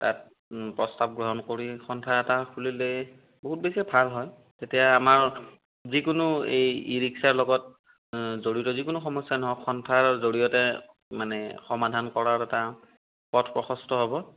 তাত প্ৰস্তাৱ গ্ৰহণ কৰি সন্থা এটা খুলিলে বহুত বেছিয়ে ভাল হয় তেতিয়া আমাৰ যিকোনো এই ই ৰিক্সাৰ লগত জড়িত যিকোনো সমস্যা নহওক সন্থাৰ জৰিয়তে মানে সমাধান কৰাৰ এটা পথ প্ৰশস্ত হ'ব